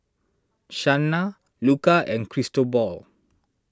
Shanna Luca and Cristobal